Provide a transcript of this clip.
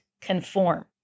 conform